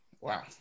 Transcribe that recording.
Wow